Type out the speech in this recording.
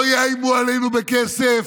לא יאיימו עלינו בכסף.